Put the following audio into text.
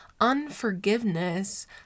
unforgiveness